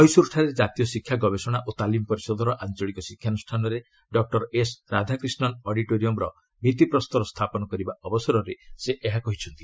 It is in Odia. ମହୀଶ୍ଚରଠାରେ କାତୀୟ ଶିକ୍ଷା ଗବେଷଣା ଓ ତାଲିମ୍ ପରିଷଦର ଆଞ୍ଚଳିକ ଶିକ୍ଷାନୁଷ୍ଠାନଠାରେ ଡକ୍ଟର ଏସ୍ ରାଧାକ୍ରିଷ୍ଣନ୍ ଅଡିଟୋରିୟମ୍ର ଭିଭିପ୍ରସ୍ତର ସ୍ଥାପନ କରିବା ଅବସରରେ ସେ ଏହା କହିଛନ୍ତି